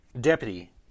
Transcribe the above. Deputy